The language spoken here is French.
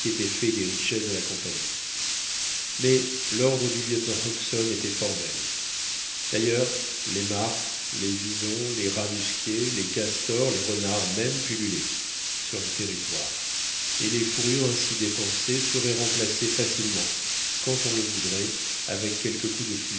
fait des richesses de la compagnie mais l'ordre du lieutenant hobson était formel d'ailleurs les martres les visons les rats musqués les castors les renards même pullulaient sur le territoire et les fourrures ainsi dépensées seraient remplacées facilement quand on le voudrait avec quelques coups de